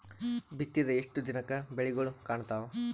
ಬಿತ್ತಿದ ಎಷ್ಟು ದಿನಕ ಬೆಳಿಗೋಳ ಕಾಣತಾವ?